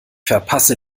verpasse